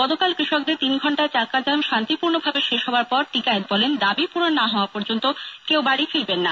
গতকাল কৃষকদের তিন ঘণ্টার চাক্কা জ্যাম শান্তিপূর্ণভাবে শেষ হবার পর টিকায়েত বলেন দাবি পূরণ না হওয়া পর্যন্ত কেউ বাড়ি ফিরবেন না